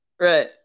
Right